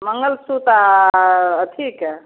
मँगलसूत्र आओर अथीके